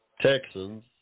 Texans